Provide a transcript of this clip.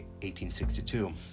1862